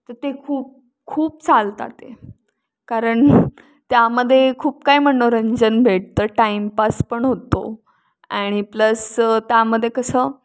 तर ते खूप खूप चालतात आहे कारण त्यामध्ये खूप काय मनोरंजन भेटतं टाइमपास पण होतो आणि प्लस त्यामध्ये कसं